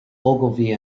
ogilvy